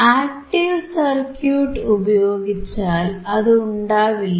active circuit ഉപയോഗിച്ചാൽ അതുണ്ടാവില്ല